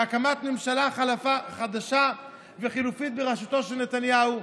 להקמת ממשלה חדשה וחלופית בראשותו של נתניהו,